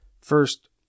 First